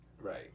Right